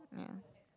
yeah